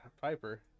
Piper